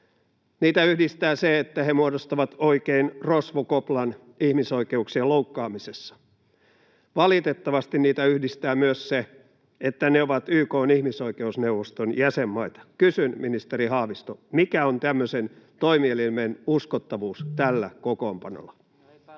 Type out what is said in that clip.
Niitä yhdistää se, että ne muodostavat oikein rosvokoplan ihmisoikeuksien loukkaamisessa. Valitettavasti niitä yhdistää myös se, että ne ovat YK:n ihmisoikeusneuvoston jäsenmaita. Kysyn, ministeri Haavisto: mikä on tämmöisen toimielimen uskottavuus tällä kokoonpanolla?